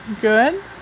good